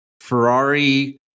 Ferrari